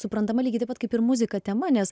suprantama lygiai taip pat kaip ir muzika tema nes